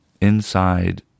inside